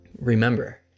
Remember